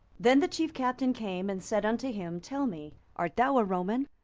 then the chief captain came, and said unto him, tell me, art thou a roman?